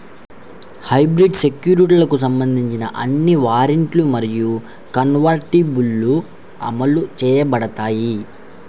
hybrid సెక్యూరిటీలకు సంబంధించిన అన్ని వారెంట్లు మరియు కన్వర్టిబుల్లు అమలు చేయబడతాయి